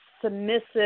submissive